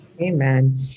Amen